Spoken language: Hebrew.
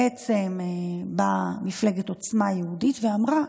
בעצם באה מפלגת עוצמה יהודית ואמרה: